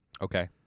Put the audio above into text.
Okay